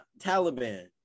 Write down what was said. Taliban